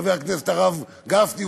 חבר הכנסת הרב גפני,